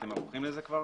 אתם ערוכים לזה כבר?